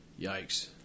Yikes